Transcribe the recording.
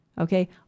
Okay